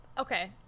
okay